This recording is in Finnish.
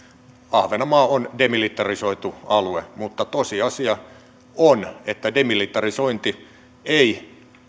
ahvenanmaa on demilitarisoitu alue mutta tosiasia on että demilitarisointi ei